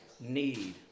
need